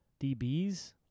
DBs